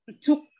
took